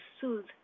soothe